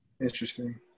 Interesting